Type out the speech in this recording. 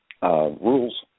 Rules